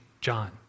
John